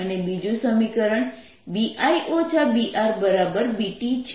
અને બીજું સમીકરણ BI BRBT છે